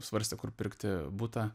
svarstė kur pirkti butą